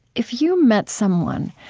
if you met someone,